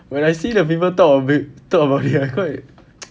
when I see the people talk of it talk about it I quite